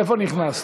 מאיפה נכנסת?